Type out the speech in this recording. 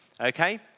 okay